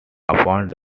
appoint